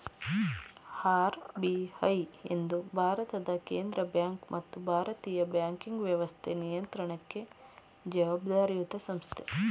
RBI ಎಂದು ಭಾರತದ ಕೇಂದ್ರ ಬ್ಯಾಂಕ್ ಮತ್ತು ಭಾರತೀಯ ಬ್ಯಾಂಕಿಂಗ್ ವ್ಯವಸ್ಥೆ ನಿಯಂತ್ರಣಕ್ಕೆ ಜವಾಬ್ದಾರಿಯತ ಸಂಸ್ಥೆ